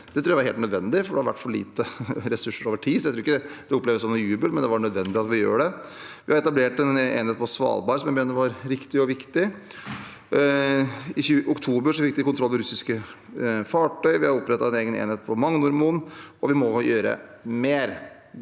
Det tror jeg var helt nødvendig, for det har vært for lite ressurser over tid, så jeg tror ikke det oppleves som noe man jubler over, men det er nødvendig at vi gjør det. Vi har etablert en enhet på Svalbard, som vi mener var riktig og viktig, i oktober fikk tolletaten kontroll med russiske fartøy, og vi har opprettet en egen enhet på Magnormoen. Og vi må gjøre mer.